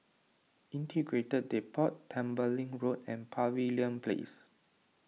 Integrated Depot Tembeling Road and Pavilion Place